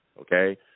okay